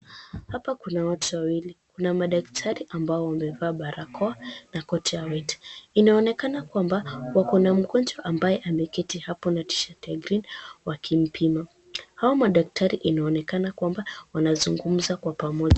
Hapa kuna watu wawili, kuna madaktari ambao wamevaa barakoa na koti ya white . Inaonekana kwamba wako na mgonjwa ambaye ameketi na T- shati ya green wakimpima. Hao madaktari inaonekana kwamba wanazungumza kwa pamoja.